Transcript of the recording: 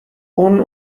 اون